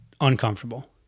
uncomfortable